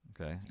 okay